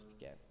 again